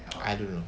I don't know